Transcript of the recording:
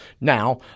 Now